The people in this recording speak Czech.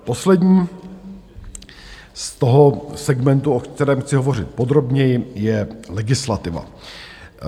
Poslední z toho segmentu, o kterém chci hovořit podrobněji, je legislativa.